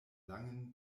langen